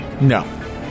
No